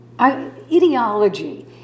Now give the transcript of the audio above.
ideology